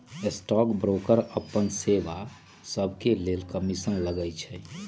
stock broker अप्पन सेवा सभके लेल कमीशन लइछइ